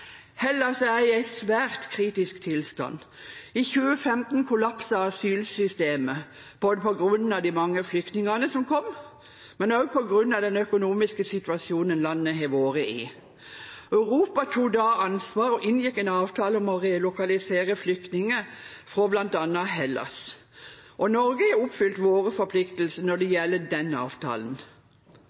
er i en svært kritisk tilstand. I 2015 kollapset asylsystemet på grunn av de mange flyktningene som kom, men også på grunn av den økonomiske situasjonen landet har vært i. Europa tok da ansvar og inngikk en avtale om å relokalisere flyktninger bl.a. fra Hellas. Og Norge har oppfylt sine forpliktelser når det gjelder den avtalen,